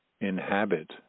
inhabit